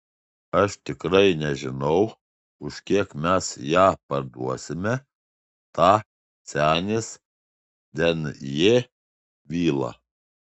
aš tikrai nežinau už kiek mes ją parduosime tą senės denjė vilą